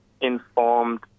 informed